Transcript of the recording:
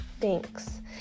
Thanks